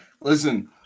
listen